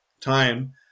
time